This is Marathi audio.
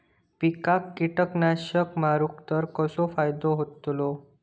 पिकांक कीटकनाशका मारली तर कसो फायदो होतलो?